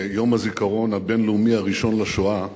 ביום הזיכרון הבין-לאומי הראשון לשואה,